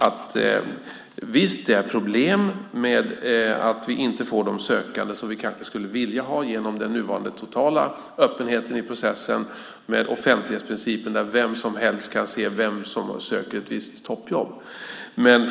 Visst är det ett problem att vi inte får de sökande vi skulle vilja ha på grund av den nuvarande totala öppenheten i processen där offentlighetsprincipen gör att vem som helst kan se vem som söker ett toppjobb.